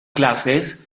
clases